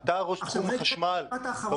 אתה ראש תחום החשמל במשרד,